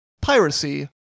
Piracy